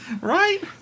Right